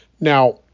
Now